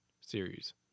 series